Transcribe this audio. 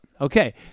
Okay